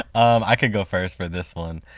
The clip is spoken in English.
um i can go first for this one.